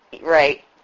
Right